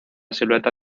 silueta